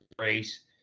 race